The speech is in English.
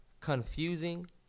confusing